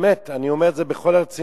באמת, אני אומר את זה בכל הרצינות,